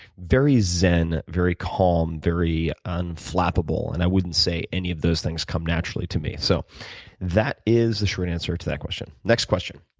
very zen, very calm, very unflappable, and i wouldn't say any of those things come naturally to me. so that is the short answer to that question. the next question,